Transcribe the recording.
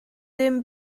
dem